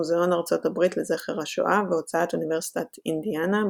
מוזיאון ארצות הברית לזכר השואה והוצאת אוניברסיטת אינדיאנה,